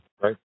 right